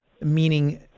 meaning